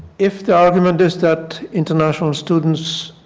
if the argument is that international students